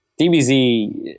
DBZ